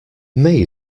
may